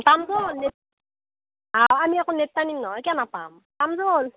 পাম পাম আমি আকৌ নেট টানিম নহয় কিয়া নাপাম পাম ব'ল